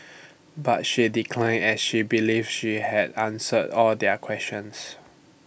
but she declined as she believes she had answered all their questions